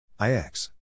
Ix